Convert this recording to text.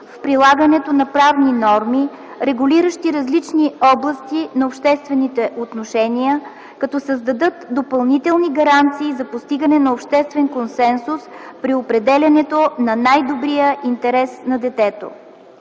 в прилагането на правни норми, регулиращи различни области на обществените отношения, като създадат допълнителни гаранции за постигане на обществен консенсус при определянето на „най-добрия интерес на детето”.